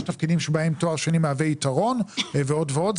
יש תפקידים שבהם תואר שני מהווה יתרון ועוד ועוד,